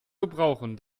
gebrauchen